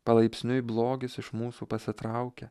palaipsniui blogis iš mūsų pasitraukia